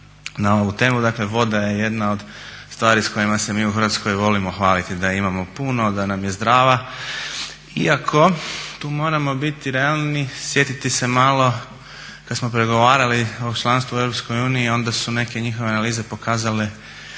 na ovu temu. Dakle, voda je jedna od stvari s kojima se mi u Hrvatskoj volimo hvaliti da je imamo puno, da nam je zdrava. Iako tu moramo biti realni, sjetiti se malo kad smo pregovarali o članstvu u EU onda su neke njihove analize pokazale